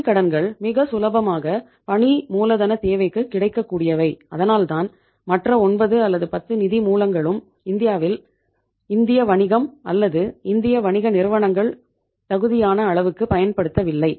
வங்கி கடன்கள் மிக சுலபமாக பணி மூலதன தேவைக்கு கிடைக்கக்கூடியவை அதனால்தான் மற்ற ஒன்பது அல்லது பத்து நிதி மூலங்களும் இந்தியாவில் இந்திய வணிகம் அல்லது இந்திய வணிக நிறுவனங்கள் தகுதியான அளவுக்கு பயன்படுத்தப்படவில்லை